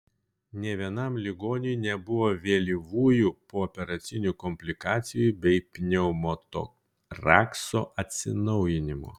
nė vienam ligoniui nebuvo vėlyvųjų pooperacinių komplikacijų bei pneumotorakso atsinaujinimo